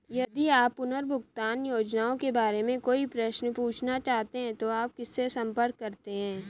यदि आप पुनर्भुगतान योजनाओं के बारे में कोई प्रश्न पूछना चाहते हैं तो आप किससे संपर्क करते हैं?